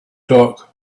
talk